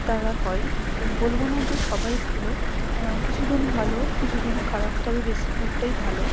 তারা হয় বলব না যে সবাই ভালো কিছুজন ভালো কিছুজন খারাপ তবে বেশিরভাগটাই ভালো